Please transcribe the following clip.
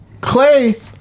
Clay